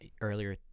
earlier